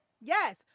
yes